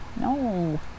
no